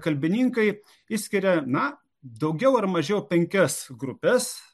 kalbininkai išskiria na daugiau ar mažiau penkias grupes